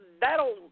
that'll